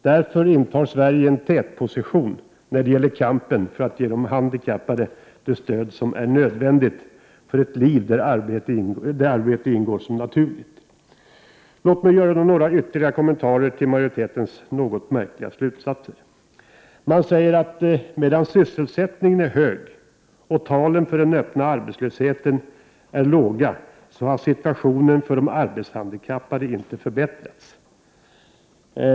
Därför intar Sverige en tätposition när det gäller kampen för att ge de handikappade det stöd som är nödvändigt för ett liv där arbete naturligt ingår. Låt mig så göra ytterligare några kommentarer till majoritetens en aning märkliga slutsatser. Man säger: Medan sysselsättningen är hög och talen för den öppna arbetslösheten är låga har situationen för de arbetshandikappade inte förbättrats.